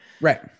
right